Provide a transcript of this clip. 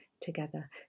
together